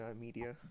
media